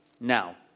Now